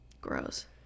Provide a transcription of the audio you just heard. Gross